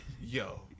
Yo